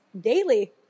daily